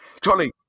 Charlie